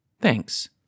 thanks